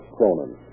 Cronin